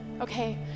Okay